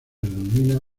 denomina